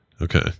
Okay